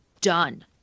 done